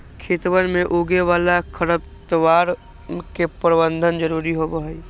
खेतवन में उगे वाला खरपतवार के प्रबंधन जरूरी होबा हई